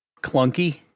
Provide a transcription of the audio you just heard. clunky